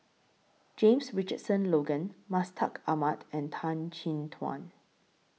James Richardson Logan Mustaq Ahmad and Tan Chin Tuan